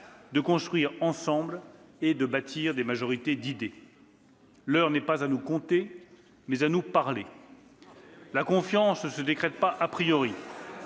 de construire ensemble et de bâtir des majorités d'idées. « L'heure n'est pas à nous compter, mais à nous parler. « La confiance ne se décrète pas.